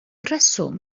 rheswm